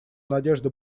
надежды